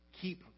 keep